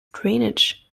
drainage